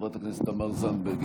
חברת הכנסת תמר זנדברג,